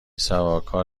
سوارکار